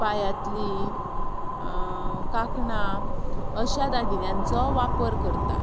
पांयांतलीं कांकणां अशा दागिन्यांचो वापर करता